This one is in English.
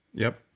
yep,